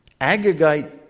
Agagite